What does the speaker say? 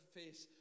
face